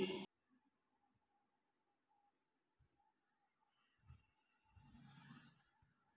బంతి పంటలో మంచి రకం ఏది?